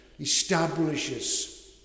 establishes